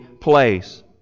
place